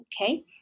Okay